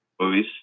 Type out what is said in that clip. movies